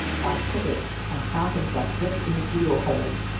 bart took it and found himself gripped in a judo hold.